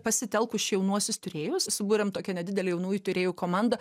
pasitelkus jaunuosius tyrėjus subūrėm tokią nedidelę jaunųjų tyrėjų komandą